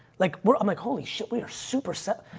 like we're, i'm like, holy shit, we are super set.